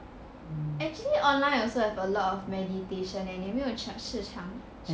actually online also have a lot of meditation eh 你没有试唱